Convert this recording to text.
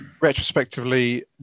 retrospectively